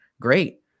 great